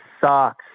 sucks